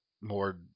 more